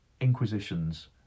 inquisitions